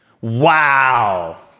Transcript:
wow